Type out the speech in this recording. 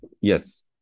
Yes